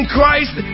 Christ